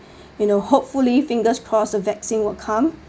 you know hopefully fingers crossed a vaccine will come